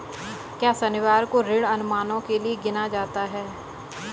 क्या शनिवार को ऋण अनुमानों के लिए गिना जाता है?